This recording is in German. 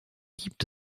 gibt